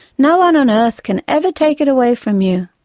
no one on earth can ever take it away from you.